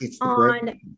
on